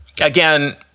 Again